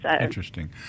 Interesting